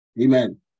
Amen